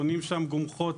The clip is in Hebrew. בונים שם גומחות,